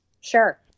Sure